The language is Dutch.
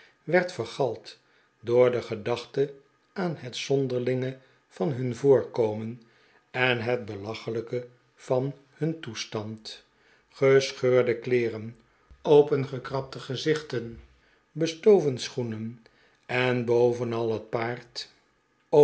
werd vergald door de gedachte aan het zonderlinge van hun voorkomen en het belachelijke van hun toestand gescheurde kleeren opengekrabde gezichten bestoven schoenen en bovenal het paard